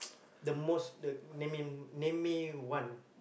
the most the name me name me one